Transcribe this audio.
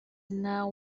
now